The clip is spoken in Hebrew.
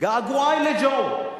געגועי לג'ו.